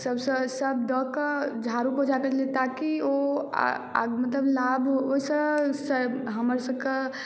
सभसे सभ दऽ के झाड़ू पोंछा करै छलियै ताकि ओ आ मतलब लाभ ओहिसॅं हमर सभके